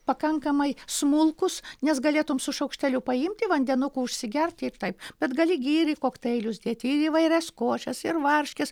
pakankamai smulkūs nes galėtum su šaukšteliu paimti vandenuku užsigerti ir taip bet gali gi ir į kokteilius dėti ir į įvairias košes ir varškes